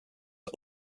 are